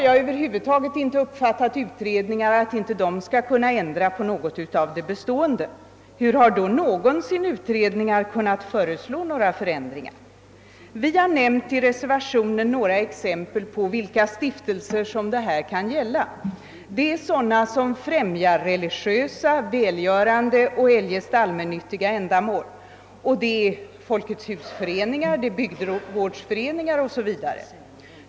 Jag har inte uppfattat utredningars uppgift så, att de inte skulle kunna ändra på något av det bestående — hur har man annars tänkt sig att utredningar någonsin kan föreslå förändringar? Vi har i reservationen angivit några exempel på sådana stiftelser som det kan gälla — det är sådana som främjar religiösa, välgörande eller eljest allmännyttiga ändamål samt folketshusföreningar, bygdegårdsföreningar o.s.v.